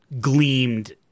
gleamed